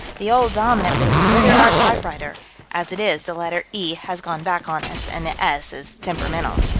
the old dominant would have withered our typewriter as it is the letter e has gone back on us, and the s is temperamental.